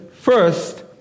first